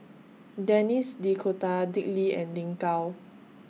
Denis D'Cotta Dick Lee and Lin Gao